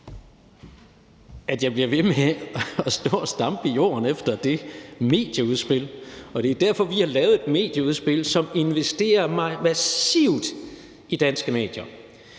at jeg bliver ved med at stå og stampe i jorden efter det medieudspil, og det er derfor, vi har lavet et medieudspil, som investerer massivt i danske medier.